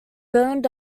burned